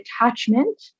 attachment